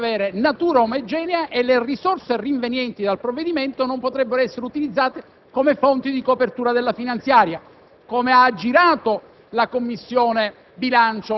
ma proprio in funzione del suo collegamento dovrebbe avere natura omogenea e le risorse rinvenienti dal provvedimento non potrebbero essere utilizzate come fonte di copertura della finanziaria.